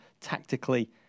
tactically